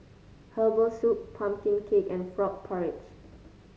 Herbal Soup pumpkin cake and Frog Porridge